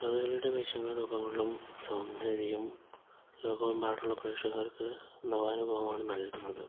കഥകളയുടെ വേഷങ്ങളും രൂപങ്ങളും സൗന്ദര്യം ലോകമെമ്പാടുമുള്ള പ്രേക്ഷകർക്ക് നവാനുഭവമാണ് നൽകുന്നത്